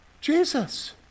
Jesus